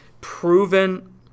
proven